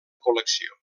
col·lecció